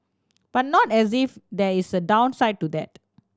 but not as if there is a downside to that